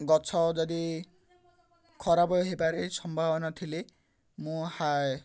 ଗଛ ଯଦି ଖରାପ୍ ହେବାରେ ସମ୍ଭାବନା ଥିଲେ ମୁଁ